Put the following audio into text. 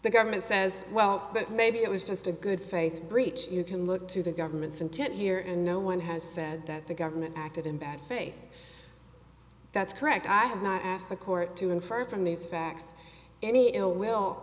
the government says well that maybe it was just a good faith breach you can look to the government's intent here and no one has said that the government acted in bad faith that's correct i have not asked the court to infer from these facts any ill will